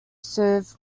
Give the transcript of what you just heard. serve